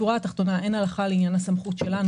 בשורה התחתונה אין הלכה לעניין הסמכות שלנו